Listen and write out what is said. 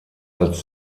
als